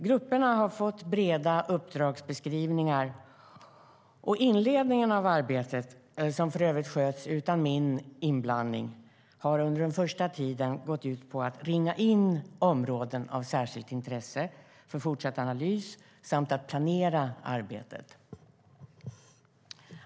Grupperna har fått breda uppdragsbeskrivningar, och inledningen av arbetet, som för övrigt sköts utan min inblandning, har under den första tiden gått ut på att ringa in områden av särskilt intresse för fortsatt analys samt planera arbetet.